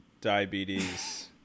diabetes